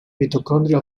mitochondria